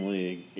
League